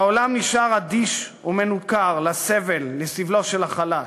העולם נשאר אדיש ומנוכר לסבל, לסבלו של החלש.